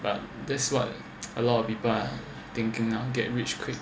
but that's what a lot of people are thinking now get rich quick